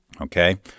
Okay